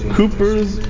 Cooper's